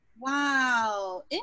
wow